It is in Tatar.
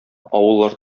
авыллар